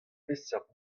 peseurt